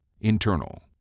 Internal